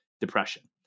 depression